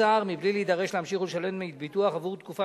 קצר מבלי להידרש להמשיך ולשלם דמי ביטוח עבור תקופה